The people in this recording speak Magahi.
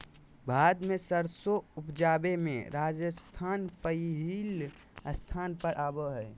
भारत मे सरसों उपजावे मे राजस्थान पहिल स्थान पर आवो हय